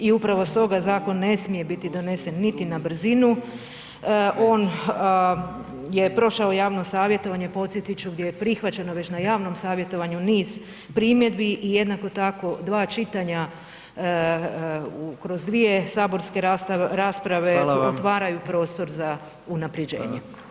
I upravo stoga zakon ne smije biti zakon donesen niti na brzinu, on je prošao javno savjetovanje, podsjetit ću, gdje je prihvaćeno već na javnom savjetovanju niz primjedbi i jednako tako, dva čitanja kroz dvije saborske rasprave [[Upadica: Hvala vam.]] otvaraju prostor za unaprjeđenje.